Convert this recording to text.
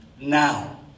now